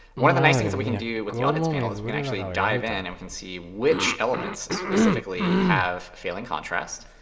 one of the nice things that we can do with the audits panel is we can actually dive in. and we can see which elements specifically have failing contrast.